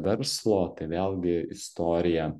verslo tai vėlgi istorija